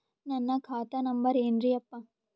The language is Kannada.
ನನ್ನ ಖಾತಾ ನಂಬರ್ ಏನ್ರೀ ಯಪ್ಪಾ?